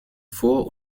vor